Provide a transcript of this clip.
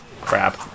Crap